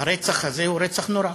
הרצח הזה הוא רצח נורא.